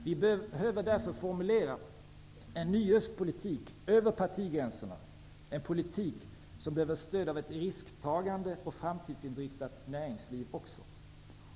Vi behöver därför formulera en ny östpolitik över partigränserna, en politik som också behöver stöd av ett risktagande och framtidsinriktat näringsliv.